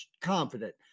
confident